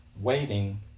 waiting